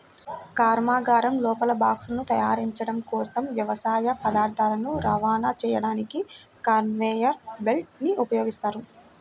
కర్మాగారం లోపల బాక్సులను తరలించడం కోసం, వ్యవసాయ పదార్థాలను రవాణా చేయడానికి కన్వేయర్ బెల్ట్ ని ఉపయోగిస్తారు